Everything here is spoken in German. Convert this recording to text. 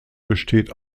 besteht